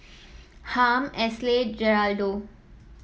Harm Esley Geraldo